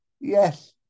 Yes